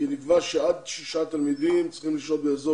כי נקבע שעד שישה תלמידים צריכים לשהות באזור